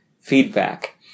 feedback